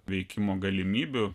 veikimo galimybių